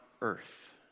earth